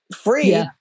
free